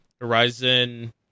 Horizon